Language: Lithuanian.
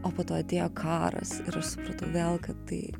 o po to atėjo karas ir aš supratau vėl kad tai